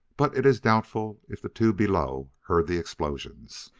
but it is doubtful if the two below heard the explosions.